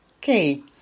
okay